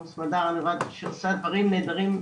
שעושה דברים נהדרים,